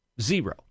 Zero